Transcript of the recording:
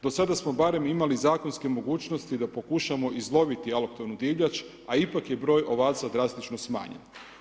Do sada smo barem imali zakonske mogućnosti da pokušamo izloviti alohtonu divljač, a ipak je broj ovaca drastično smanjen.